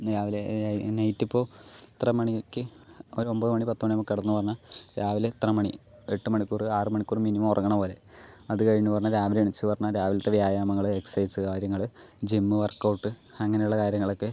ഇന്ന് രാവിലെ എണീറ്റപ്പോൾ ഇത്ര മണിക്ക് ഒരു ഒൻപത് മണി പത്ത് മണിക്ക് ആകുമ്പോൾ കിടന്നു പറഞ്ഞാൽ രാവിലെ ഇത്ര മണി എട്ട് മണിക്കൂർ ആറ് മണിക്കൂർ മിനിമം ഉറങ്ങണപോലെ അത് കഴിഞ്ഞു പറഞ്ഞാൽ രാവിലെ എണീച്ചു പറഞ്ഞാ രാവിലത്തെ വ്യായാമങ്ങൾ എക്സർസൈസ് കാര്യങ്ങൾ ജിം വർക്കൌട്ട് അങ്ങനെയുള്ള കാര്യങ്ങളൊക്കെ